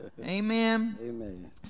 amen